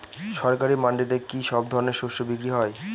সরকারি মান্ডিতে কি সব ধরনের শস্য বিক্রি হয়?